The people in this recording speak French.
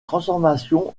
transformation